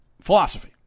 philosophy